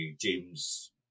James